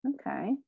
Okay